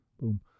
Boom